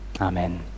Amen